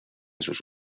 sus